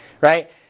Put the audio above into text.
right